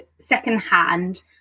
secondhand